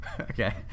Okay